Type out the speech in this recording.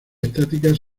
estáticas